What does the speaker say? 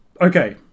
Okay